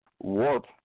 warp